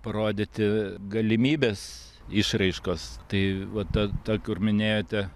parodyti galimybes išraiškos tai va ta ta kur minėjote